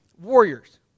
Warriors